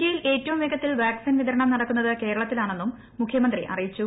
ഇന്ത്യയിൽ ഏറ്റവും വേഗത്തിൽ വാക്സിൻ വിതരണം നടക്കുന്നത് കേരളത്തിലാണെന്നും മുഖ്യമന്ത്രി അറിയിച്ചു